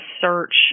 search